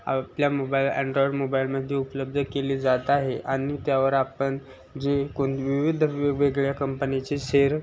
आपल्या mobile Android मोबाईलमध्ये उपलब्ध केले जात आहे आणि त्यावर आपण जे कोण विविध वेगवेगळ्या कंपनीचे शेर